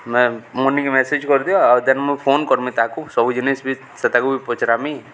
ମର୍ନିକେ message କରିଦିଅ ଆଉ ଦେନ୍ ମୁଁ ଫୋନ୍ କର୍ମି ତାକୁ ସବୁ ଜିନିଷ୍ ବି ସେତାକୁ ବି ପଚ୍ରାମି